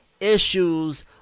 issues